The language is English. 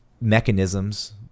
mechanisms